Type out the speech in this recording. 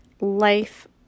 Life